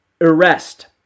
arrest